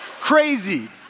crazy